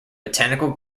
botanical